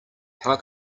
how